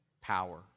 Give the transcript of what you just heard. power